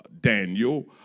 Daniel